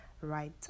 right